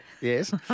Yes